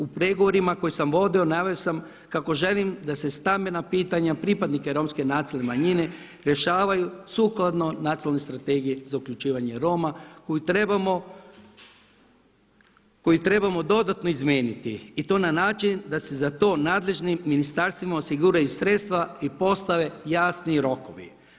U pregovorima koje sam vodio naveo sam kako želim da se stambena pitanja pripadnika Romska nacionalne manjine rješavaju sukladno Nacionalnoj strategiji za uključivanje Roma koju trebamo dodatno izmijeniti i to na način da se za to nadležnim ministarstvima osiguraju sredstva i postave jasniji rokovi.